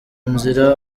nzira